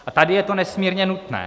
A tady je to nesmírně nutné.